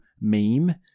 meme